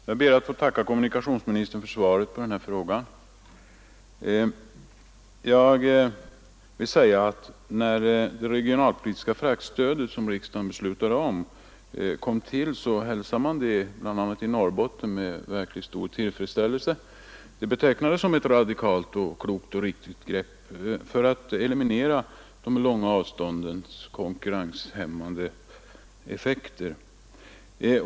Herr talman! Jag ber att få tacka kommunikationsministern för svaret på den här frågan. När det regionalpolitiska fraktstödet, som riksdagen beslutade om, kom till hälsades det bl.a. i Norrbotten med verkligt stor tillfredsställelse. Det betecknades som ett radikalt, klokt och riktigt grepp för att eliminera de långa avståndens konkurrenshämmande effekter.